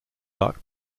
duck